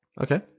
okay